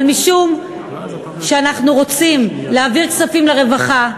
אבל משום שאנחנו רוצים להעביר כספים לרווחה,